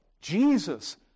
Jesus